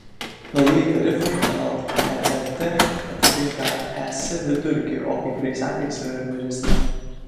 naujieji tarifai anot rrt atitinka es vidurkį o kai kuriais atvejais yra ir mažesni